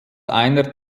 einer